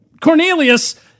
Cornelius